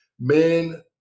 men